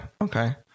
okay